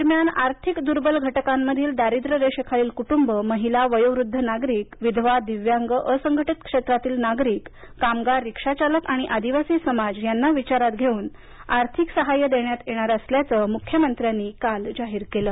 दरम्यान आर्थिक दुर्बल घटकांमधील दारिद्रय रेषेखालील कुटुंबे महिला वयोवृध्द नागरीक विधवा दिव्यांग असंघटित क्षेत्रातील नागरिक कामगार रिक्षाचालक आणि आदिवासी समाज यांना विचारात घेवून आर्थिक सहाय देण्यात येणार असल्याचं मुख्यमंत्र्यांनी काल जाहीर केलं